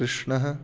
कृष्णः